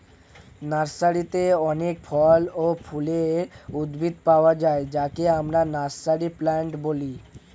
নার্সারিতে অনেক ফল ও ফুলের উদ্ভিদ পাওয়া যায় যাকে আমরা নার্সারি প্লান্ট বলি